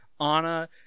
Anna